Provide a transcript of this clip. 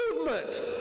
movement